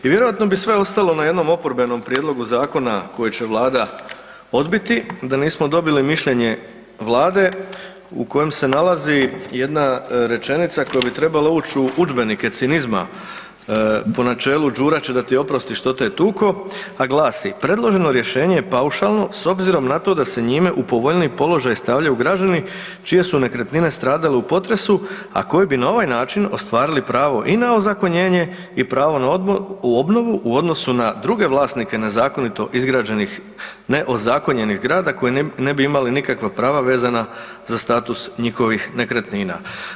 I vjerojatno bi sve ostalo na jednom oporbenom prijedlogu zakona koji će Vlada odbiti, da nismo dobili mišljenje Vlade u kojem se nalazi jedna rečenica koja bi trebala uć u udžbenike cinizma po načelu, Đura će da ti oprosti što te je tuko, a glasi: „Predloženo rješenje je paušalno s obzirom na to da se njima u povoljniji položaj stavljaju građani čije su nekretnine stradale u potresu, a koji bi na ovaj način ostvarili pravo i na ozakonjenje i pravo na obnovu u odnosu na druge vlasnike nezakonito izgrađenih neozakonjenih zgrada koje ne bi imale nikakva prava vezana za status njihovih nekretnina.